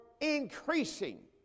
increasing